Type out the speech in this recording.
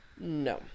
No